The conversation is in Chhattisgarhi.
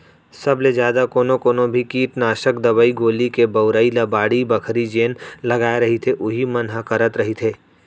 सब ले जादा कोनो कोनो भी कीटनासक दवई गोली के बउरई ल बाड़ी बखरी जेन लगाय रहिथे उही मन ह करत रहिथे